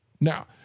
Now